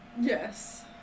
Yes